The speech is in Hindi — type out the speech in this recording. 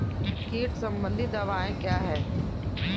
कीट संबंधित दवाएँ क्या हैं?